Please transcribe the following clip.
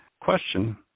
question